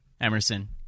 Emerson